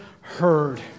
heard